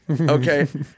okay